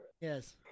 yes